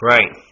Right